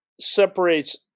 separates